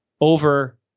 over